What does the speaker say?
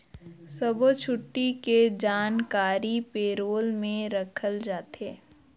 सब्बो छुट्टी के जानकारी पे रोल में रखल जाथे